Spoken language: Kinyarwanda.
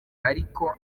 ariko